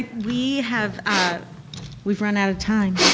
we have, ah we've run out of time.